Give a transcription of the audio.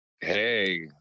Hey